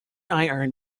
iron